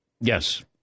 Yes